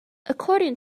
according